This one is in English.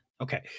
Okay